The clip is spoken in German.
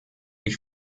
ich